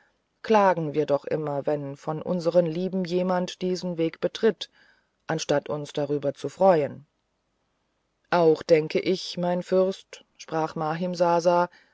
klagen wir doch immer wenn von unseren lieben jemand diesen weg betritt anstatt uns darüber zu freuen auch denke ich mein fürst sprach